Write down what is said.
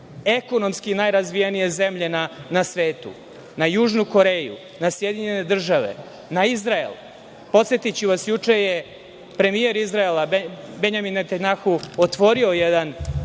ekonomski najrazvijenije zemlje na svetu – na Južnu Koreju, na SAD, na Izrael. Podsetiću vas, juče je premijer Izraela, Benjamin Netanjahu, otvorio jednu